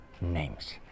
names